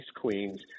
queens